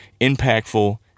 impactful